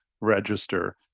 register